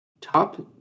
Top